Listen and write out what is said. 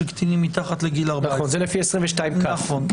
קטינים מתחת לגיל 14. נכון זה לפי 22כ. נכון.